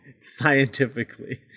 Scientifically